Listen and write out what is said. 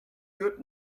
good